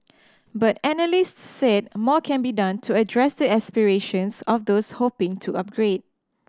but analysts said more can be done to address the aspirations of those hoping to upgrade